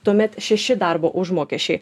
tuomet šeši darbo užmokesčiai